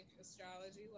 astrology